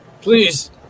Please